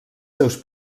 seus